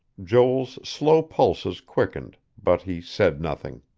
joel's slow pulses quickened, but he said nothing.